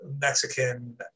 Mexican